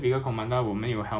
nonsense